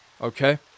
Okay